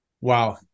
Wow